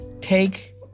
Take